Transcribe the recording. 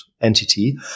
entity